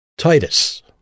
Titus